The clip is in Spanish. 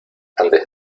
antes